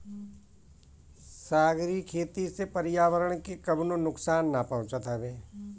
सागरी खेती से पर्यावरण के कवनो नुकसान ना पहुँचत हवे